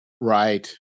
Right